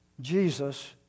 Jesus